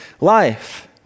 life